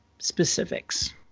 specifics